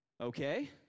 Okay